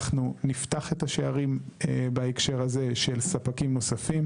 אנחנו נפתח את השערים בהקשר הזה של ספקים נוספים.